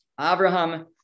Abraham